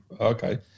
okay